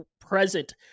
present